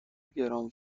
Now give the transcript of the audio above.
گران